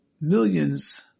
millions